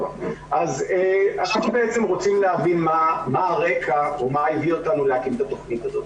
אנחנו רוצים להבין מה הרקע או מה הביא אותנו להקים את התכנית הזאת.